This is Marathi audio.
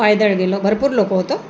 पायदळ गेलो भरपूर लोक होतो